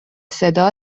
صدا